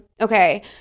okay